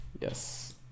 Yes